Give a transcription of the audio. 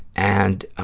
and